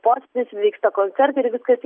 posėdis vyksta koncertai ir viskas